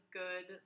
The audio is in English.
good